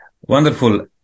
Wonderful